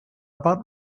about